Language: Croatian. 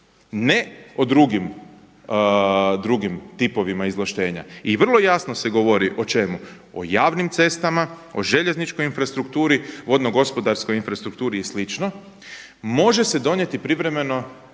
ne o drugim tipovima izvlaštenja. I vrlo jasno se govori o čemu, o javnim cestama, o željezničkoj infrastrukturi, vodno gospodarskoj infrastrukturi i slično, može se donijeti privremeno,